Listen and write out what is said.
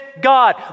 God